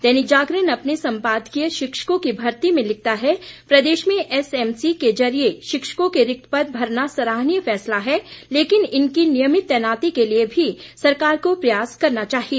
दैनिक जागरण अपने सम्पादकीय शिक्षकों की भर्ती में लिखता है प्रदेश में एसएमसी के जरीये शिक्षकों के रिक्त पद भरना सराहनीय फैसला है लेकिन इनकी नियमित तैनाती के लिए भी सरकार को प्रयास करना चाहिए